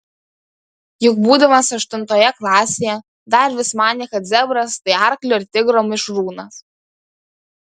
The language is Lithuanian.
juk būdamas aštuntoje klasėje dar vis manė kad zebras tai arklio ir tigro mišrūnas